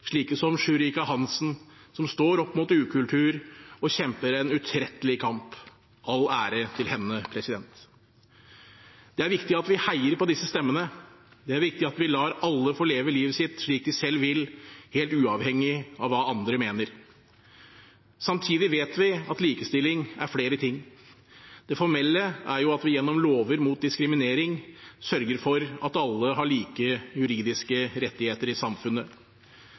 slike som Shurika Hansen, som står opp mot ukultur og kjemper en utrettelig kamp – all ære til henne. Det er viktig at vi heier på disse stemmene. Det er viktig at vi lar alle få leve livet sitt slik de selv vil, helt uavhengig av hva andre mener. Samtidig vet vi at likestilling er flere ting. Det formelle er jo at vi gjennom lover mot diskriminering sørger for at alle har like juridiske rettigheter i samfunnet.